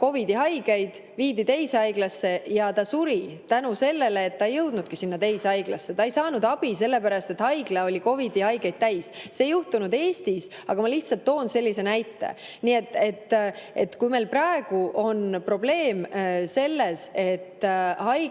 COVID-i haigeid. Teda hakati viima teise haiglasse, aga ta suri selle tõttu, et ta ei jõudnudki teise haiglasse. Ta ei saanud abi sellepärast, et haigla oli COVID-i haigeid täis. See ei juhtunud Eestis, aga ma lihtsalt toon sellise näite. Nii et kui meil on praegu probleem selles, et haiglad